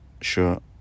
sure